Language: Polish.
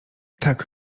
tak